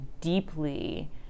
deeply